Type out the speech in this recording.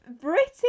British